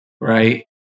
right